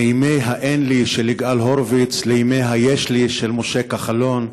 מימי ה"אין לי" של יגאל הורוביץ לימי ה"יש לי" של משה כחלון.